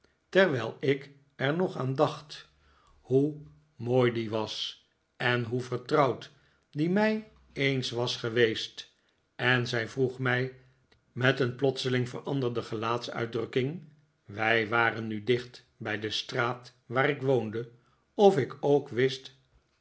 terwijl ik er nog aan dacht hoe mooi die was en hoe vertrouwd die mij eens was geweest en zij vroeg mij met een plotseling veranderde gelaatsuitdrukking wij waren nu dicht bij de straat waar ik woonde of ik ook wist